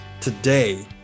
today